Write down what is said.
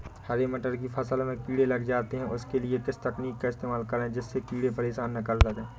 हरे मटर की फसल में कीड़े लग जाते हैं उसके लिए किस तकनीक का इस्तेमाल करें जिससे कीड़े परेशान ना कर सके?